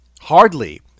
hardly